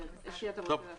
אפי, אתה רוצה להציג?